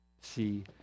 See